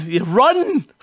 run